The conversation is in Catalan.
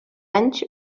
anys